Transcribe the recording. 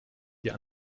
dir